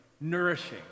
nourishing